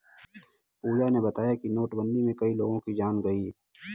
पूजा ने बताया कि नोटबंदी में कई लोगों की जान गई